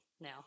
now